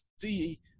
see